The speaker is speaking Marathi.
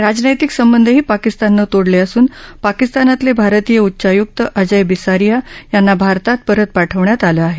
राजनैतिक संबधही पाकिस्ताननं तोडले असून पाकिस्तानातले भारतीय उच्च्वायुक्त अजय बिसारिया यांना भारतात परत पाठवण्यात आलं आहे